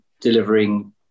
delivering